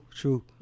true